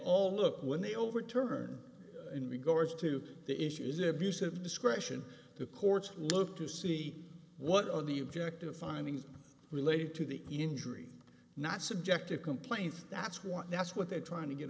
look when they overturn in regards to the issues abuse of discretion the courts look to see what the objective findings related to the injury not subjective complaints that's what that's what they're trying to get